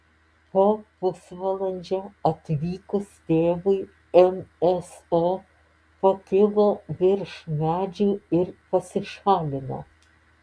po pusvalandžio atvykus tėvui nso pakilo virš medžių ir pasišalino